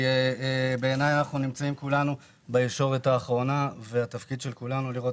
אנחנו נמצאים בישורת האחרונה והתפקיד של כולנו הוא לראות